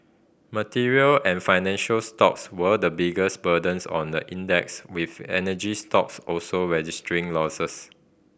material and financial stocks were the biggest burdens on the index with energy stocks also registering losses